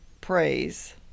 praise